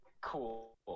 cool